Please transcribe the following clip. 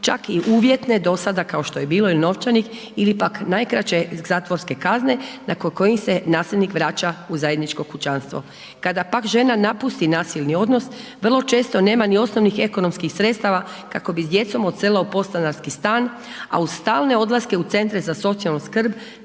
čak i uvjetne do sada kao što je bilo i novčanih ili pak najkraće zatvorske kazne nakon kojih se nasilnik vraća u zajedničko kućanstvo. Kada pak žena napusti nasilni odnos, vrlo često nema ni osnovnih ekonomskih sredstava kako bi s djecom odselila u podstanarski stan a uz stalne odlaske u CZZS, na sudove